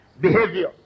Behavior